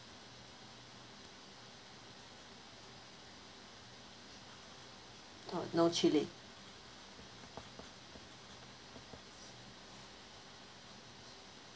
oh no chilli